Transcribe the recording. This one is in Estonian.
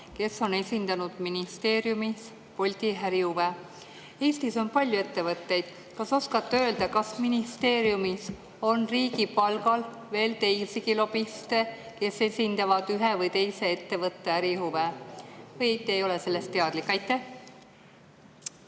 kes on esindanud ministeeriumis Bolti ärihuve. Eestis on palju ettevõtteid. Oskate te öelda, kas ministeeriumis on riigi palgal veel teisigi lobiste, kes esindavad ühe või teise ettevõtte ärihuve? Või ei ole te sellest teadlik? Aitäh,